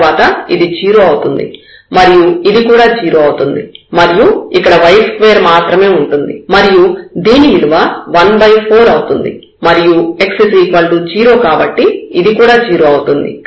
తర్వాత ఇది 0 అవుతుంది మరియు ఇది కూడా 0 అవుతుంది మరియు ఇక్కడ y2 మాత్రమే ఉంటుంది మరియు దాని విలువ 14 అవుతుంది మరియు x 0 కాబట్టి ఇది కూడా 0 అవుతుంది